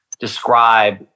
describe